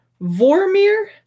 Vormir